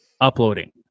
uploading